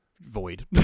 void